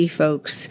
folks